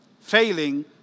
failing